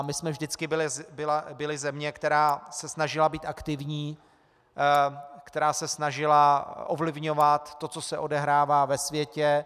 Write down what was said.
My jsme vždycky byli zemí, která se snažila být aktivní, která se snažila ovlivňovat to, co se odehrává ve světě.